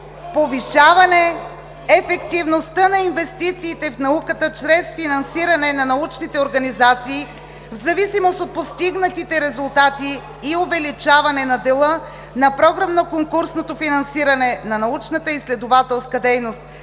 повишаване ефективността на инвестициите в науката чрез финансиране на научните организации в зависимост от постигнатите резултати, увеличаване на дела на програмно-конкурсното финансиране на научната изследователска дейност